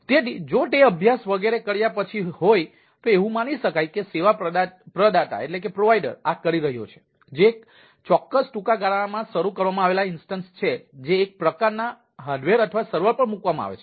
તેથી જો તે અભ્યાસ વગેરે કર્યા પછી હોય તો એવું માની શકાય કે સેવા પ્રદાતા આ કરી રહ્યો છે જે એક ચોક્કસ ટૂંકા ગાળામાં શરૂ કરવામાં આવેલા ઇન્સ્ટન્સ પર મૂકવામાં આવે છે